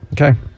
Okay